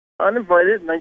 Uninvited